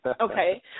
Okay